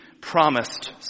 promised